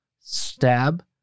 stab